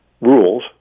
rules